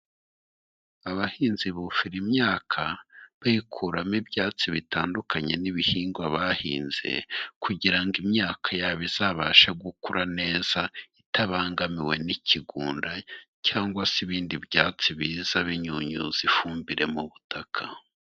Abahinzi buhira imyaka; bayikuramo ibyatsi bitandukanye n'ibihingwa bahinze kugira ngo imyaka yabo izabashe gukura neza itabangamiwe n'ikigunda cyangwa se ibindi byatsi biza binyunyu ifumbire mu butaka.